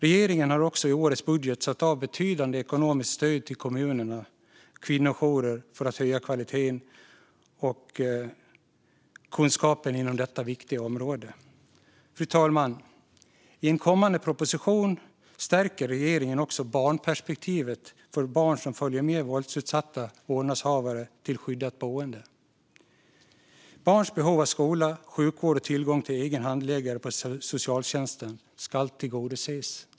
Regeringen har också i årets budget satt av betydande ekonomiskt stöd till kommunerna och kvinnojourer för att höja kvaliteten och kunskapen inom detta viktiga område. Fru talman! I en kommande proposition stärker regeringen barnperspektivet för barn som följer med våldsutsatta vårdnadshavare till skyddat boende. Barns behov av skola, sjukvård och tillgång till egen handläggare på socialtjänsten ska tillgodoses.